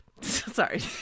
sorry